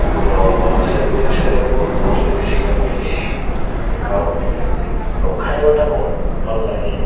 ଆମର ସାଇ ପଡ଼ିଶାରେ ହେଉ ସମସ୍ତେ ମିଶିକି ଆମେ ଖାଉ ଆଉ ଖାଇବାଟା ବହୁତ ଭଲ ଲାଗେ